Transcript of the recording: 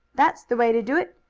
that's the way to do it!